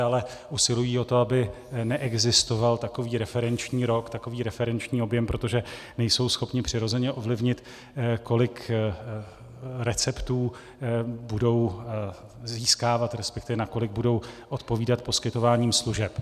Ale usilují o to, aby neexistoval takový referenční rok, takový referenční objem, protože nejsou schopni přirozeně ovlivnit, kolik receptů budou získávat, resp. nakolik budou odpovídat poskytováním služeb.